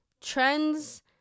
trends